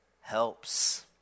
helps